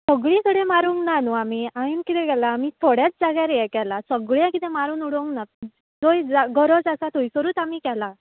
सगळी कडेन मारूंक ना न्हय आमी हांवें कितें केलां आमी थोड्याच जाग्यार हें केलां सगळें कितें मारून उडोवंक ना जंय जा गरज आसा थंयसरूच आमी केलां